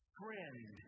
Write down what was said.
friend